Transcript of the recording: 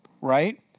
right